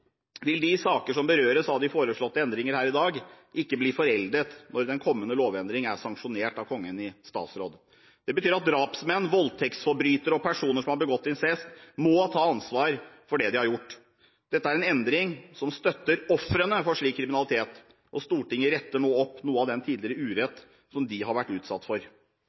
vil de saker som berøres av de foreslåtte endringer her i dag, ikke bli foreldet når den kommende lovendring er sanksjonert av Kongen i statsråd. Det betyr at drapsmenn, voldtektsforbrytere og personer som har begått incest, må ta ansvar for det de har gjort. Dette er en endring som støtter ofrene for slik kriminalitet, og Stortinget retter nå opp noe av den tidligere urett som de har vært utsatt for.